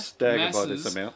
masses